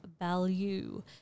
value